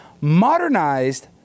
modernized